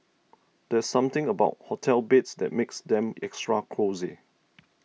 there's something about hotel beds that makes them extra cosy